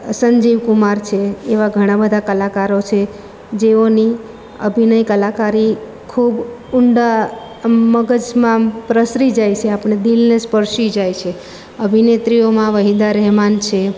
સંજીવ કુમાર છે એવા ઘણા બધા કલાકારો છે જેઓની અભિનય કલાકારી ખૂબ ઊંડા આમ મગજમાં આમ પ્રસરી જાય છે આપણે દીલને સ્પર્શી જાય છે અભિનેત્રીઓમાં વહીદા રહેમાન છે